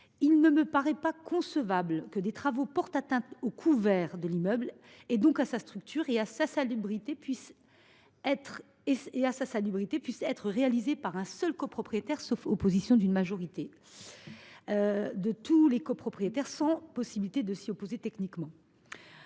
Il ne paraît pas concevable que des travaux portant atteinte au couvert de l’immeuble, donc à sa structure et à sa salubrité, puissent être réalisés par un seul copropriétaire sauf opposition d’une majorité des copropriétaires, sans possibilité de s’y opposer techniquement.